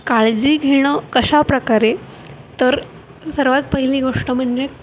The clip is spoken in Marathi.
काळजी घेणं कशा प्रकारे तर सर्वात पहिली गोष्ट म्हणजे